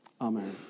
Amen